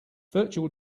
virtual